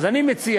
אז אני מציע,